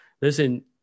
listen